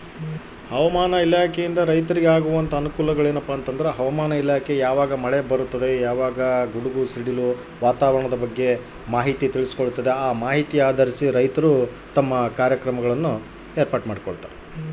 ಹವಾಮಾನ ಇಲಾಖೆಯಿಂದ ರೈತರಿಗೆ ಆಗುವಂತಹ ಅನುಕೂಲಗಳೇನು ಅನ್ನೋದನ್ನ ನಮಗೆ ಮತ್ತು?